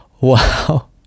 Wow